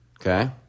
Okay